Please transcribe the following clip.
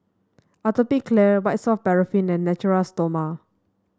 Atopiclair White Soft Paraffin and Natura Stoma